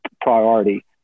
priority